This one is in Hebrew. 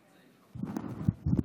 לשמוע,